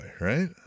right